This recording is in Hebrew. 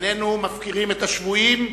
איננו מפקירים את השבויים,